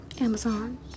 Amazon